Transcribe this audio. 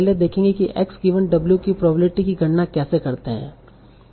तो आप पहले देखेंगे कि x गिवन w की प्रोबेब्लिटी की गणना कैसे करते हैं